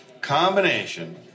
combination